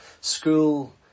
school